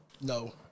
No